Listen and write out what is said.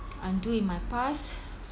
undo in my past